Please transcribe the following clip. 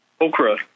okra